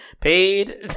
paid